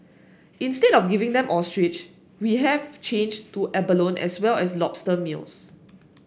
instead of giving them ostrich we have changed to abalone as well as lobster meals